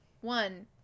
One